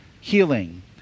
healing